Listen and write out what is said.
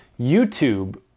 YouTube